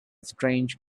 strange